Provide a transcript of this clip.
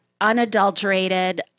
unadulterated